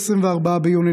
24 ביוני,